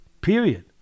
Period